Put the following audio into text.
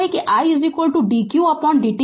तो इसलिए i dq dt